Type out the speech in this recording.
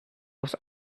was